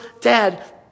Dad